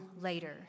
later